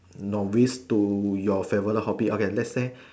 novice to your favourite hobby okay let's say